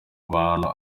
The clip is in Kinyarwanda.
abantu